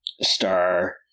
star